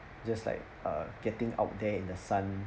just like uh getting out there in the sun